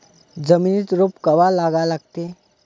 जमिनीत रोप कवा लागा लागते?